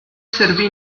servì